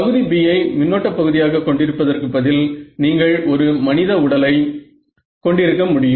பகுதி B யை மின்னோட்ட பகுதியாக கொண்டிருப்பதற்கு பதில் நீங்கள் ஒரு மனித உடலை கொண்டிருக்க முடியும்